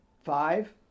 five